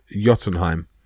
Jotunheim